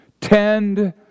tend